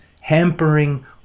hampering